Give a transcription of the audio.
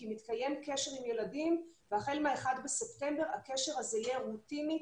כי מתקיים קשר עם ילדים והחל מ-1 בספטמבר הקשר הזה יהיה רוטיני,